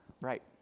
right